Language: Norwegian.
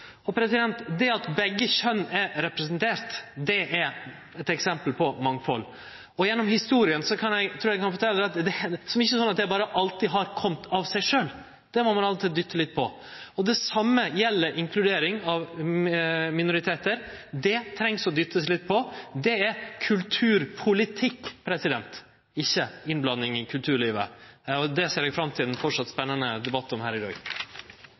Det at begge kjønn er representerte, er eit eksempel på mangfald. Eg trur eg kan fortelje at det gjennom historia ikkje har vore sånn at alt har kome av seg sjølv. Av og til må ein dytte litt på. Det same gjeld inkludering av minoritetar. Der treng ein å dytte litt på. Det er kulturpolitikk, ikkje innblanding i kulturlivet. Det ser eg fram til ein fortsett spennande debatt om her i dag.